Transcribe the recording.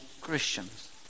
Christians